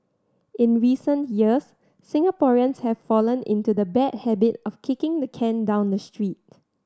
in recent years Singaporeans have fallen into the bad habit of kicking the can down the street